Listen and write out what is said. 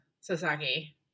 Sasaki